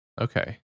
Okay